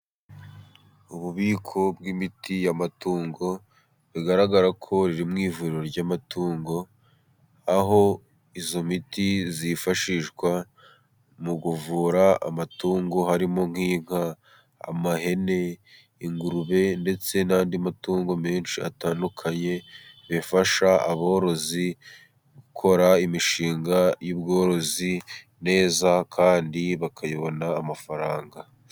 Ububiko bw'imiti y'amatungo, bigaragara ko riri mu ivuriro ry'amatungo, aho iyo miti yifashishwa mu kuvura amatungo harimo nk'inka, amahene, ingurube, ndetse n'andi matungo menshi atandukanye, bifasha aborozi gukora imishinga y'ubworozi neza, kandi bakayibona amafaranga.